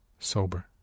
Sober